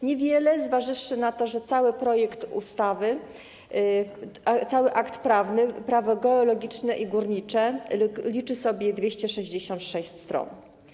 Niewiele, zważywszy na to, ze cały projekt ustawy, cały akt prawny Prawo geologiczne i górnicze liczy sobie 266 stron.